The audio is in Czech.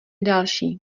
další